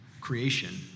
creation